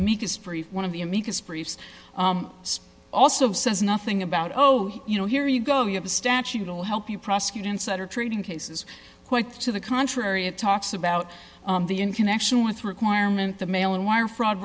amicus brief one of the amicus briefs also says nothing about oh you know here you go you have a statute will help you prosecute insider trading cases to the contrary it talks about the in connection with requirement the mail and wire fraud